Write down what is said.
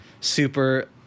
super